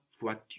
voiture